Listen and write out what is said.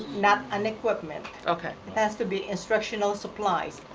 not an equipment. okay. it has to be instructional supplies.